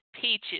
peaches